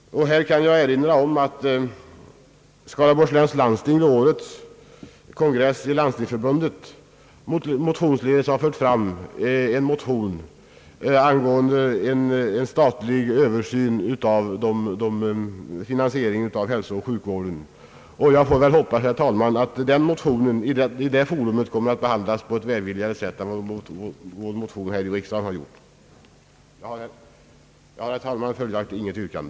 Här kan jag erinra om att Skaraborgs läns landsting vid årets kongress i Landstingsförbundet har fört fram en motion angående statlig översyn av finansieringen av hälsooch sjukvården. Jag får väl hoppas, herr talman, att motionen inför detta forum kommer att få en välvilligare behandling än vår motion här i riksdagen nu har fått. Jag har, herr talman, följaktligen inget yrkande.